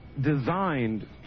designed